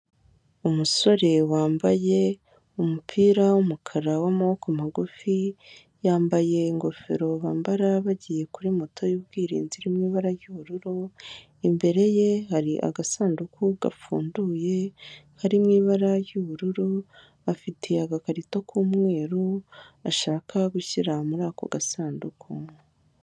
Umusore wambaye umupira w'umukara w'amaboko magufi, yambaye ingofero bambara bagiye kuri moto y'ubwirinzi irimo ibara ry'ubururu, imbere ye hari agasanduku gafungunduye kari mu ibara ry'ubururu afite agakarito k'umweru ashaka gushyira muri ako gasanduku.